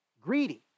greedy